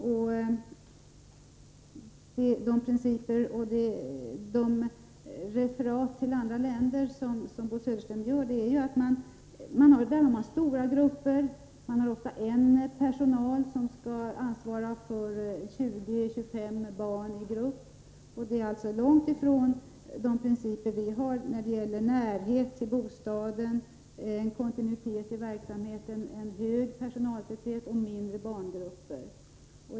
I de länder som Bo Södersten refererar till har man stora grupper, och man har ofta bara en anställd som skall ansvara för 20-25 barn i en grupp. Detta är långt ifrån de principer som vi har beträffande närhet till bostaden, kontinuitet i verksamheten, hög personaltäthet och mindre barngrupper.